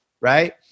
Right